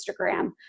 Instagram